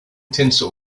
tinsel